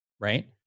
right